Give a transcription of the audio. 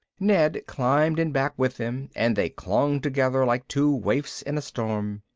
ned climbed in back with them and they clung together like two waifs in a storm.